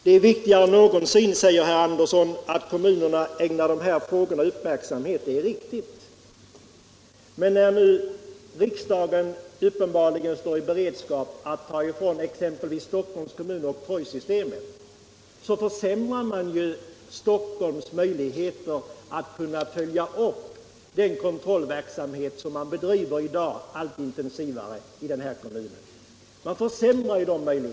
Det är viktigare än någonsin, säger herr Andersson, att kommunerna ägnar dessa frågor uppmärksamhet. Det är riktigt. Men när nu riksdagen uppenbarligen står i beredskap att ta ifrån exempelvis Stockholms kommun oktrojsystemet så försämras ju Stockholms möjligheter att följa upp den kontrollverksamhet som bedrivs i dag allt intensivare i denna kommun. De möjligheterna försämras ju.